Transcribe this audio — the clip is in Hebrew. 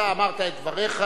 אתה אמרת את דבריך,